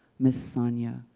miss sonya,